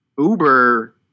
Uber